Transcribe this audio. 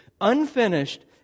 unfinished